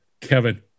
kevin